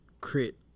crit